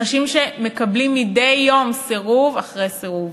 אנשים שמקבלים מדי יום סירוב אחרי סירוב,